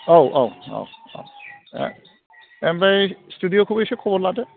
औ औ औ औ ए ओमफ्राय स्थुदिअखौबो एसे खबर लादो